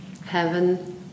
heaven